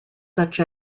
such